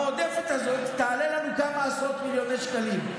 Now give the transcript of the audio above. המועדפת הזאת תעלה לנו כמה עשרות מיליוני שקלים,